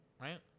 right